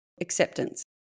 acceptance